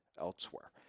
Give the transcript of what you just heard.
elsewhere